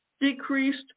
Decreased